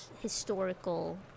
historical